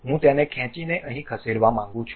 હું તેને ખેંચીને અહીં ખસેડવા માંગુ છું